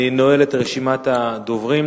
אני נועל את רשימת הדוברים.